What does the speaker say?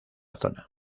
zona